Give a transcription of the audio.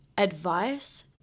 advice